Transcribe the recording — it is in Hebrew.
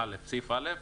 סעיף (א).